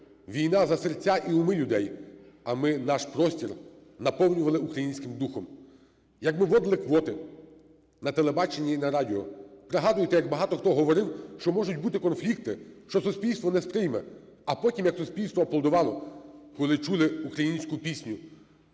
війна за серця і уми людей, а ми наш простір наповнювали українським духом. Як ми вводили квоти на телебаченні і на радіо, пригадуєте, як багато хто говорив, що можуть бути конфлікти, що суспільство не сприйме. А потім як суспільство аплодувало, коли чули українську пісню